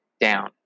down